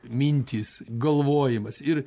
mintys galvojimas ir